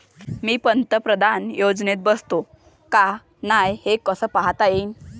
मी पंतप्रधान योजनेत बसतो का नाय, हे कस पायता येईन?